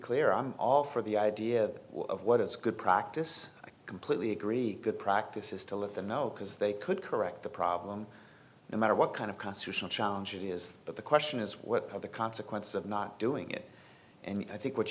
clear i'm all for the idea of what is good practice i completely agree good practice is to let them know because they could correct the problem no matter what kind of constitutional challenge it is but the question is what are the consequences of not doing it and i think what